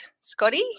Scotty